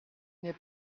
n’est